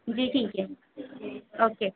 جی ٹھیک ہے اوکے